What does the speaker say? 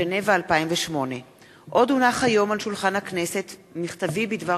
ז'נבה 2008. עוד הונח היום על שולחן הכנסת מכתבי בדבר